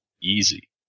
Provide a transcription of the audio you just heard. easy